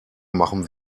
machen